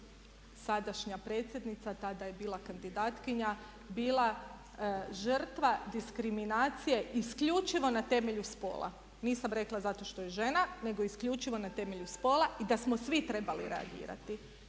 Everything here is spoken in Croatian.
sadašnja predsjednica, tada je bila kandidatkinja bila žrtva diskriminacije isključivo na temelju spola. Nisam rekla zato što je žena nego isključivo na temelju spola i da smo svi trebali reagirati,